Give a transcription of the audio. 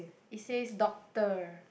it says doctor